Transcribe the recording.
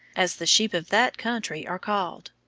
as the sheep of that country are called,